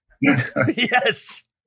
Yes